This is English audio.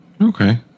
Okay